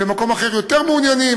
ובמקום אחר יותר מעוניינים,